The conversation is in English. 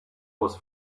was